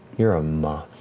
you're a moth.